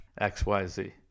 XYZ